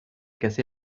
cassé